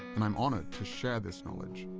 and i'm honored to share this knowledge.